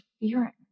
interfering